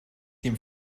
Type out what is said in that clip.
dem